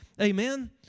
Amen